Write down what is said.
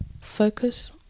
Focus